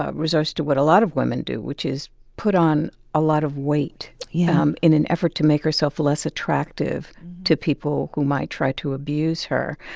ah resources to what a lot of women do, which is put on a lot of weight. yeah. um in an effort to make herself less attractive to people who might try to abuse her.